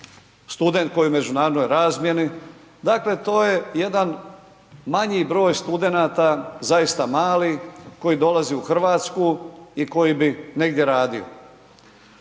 student koji je u međunarodnoj razmjeni dakle to je jedan manji broj studenta, zaista mali koji dolazi u Hrvatsku i koji bi negdje radio.